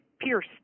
Pierce